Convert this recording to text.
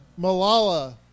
Malala